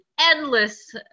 endless